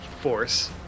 force